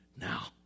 now